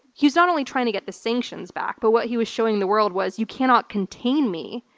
he was not only trying to get the sanctions back, but what he was showing the world was, you cannot contain me.